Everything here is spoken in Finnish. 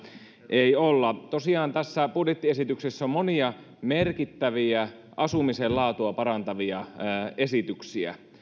ei olla tosiaan tässä budjettiesityksessä on monia merkittäviä asumisen laatua parantavia esityksiä